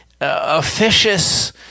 officious